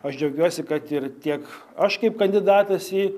aš džiaugiuosi kad ir tiek aš kaip kandidatas į